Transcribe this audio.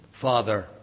Father